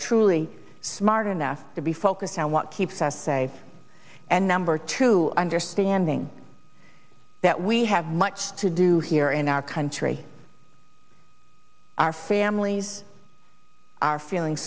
truly smart enough to be focused on what keeps us safe and number two understanding that we have much to do here in our country our families are feeling